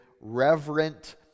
reverent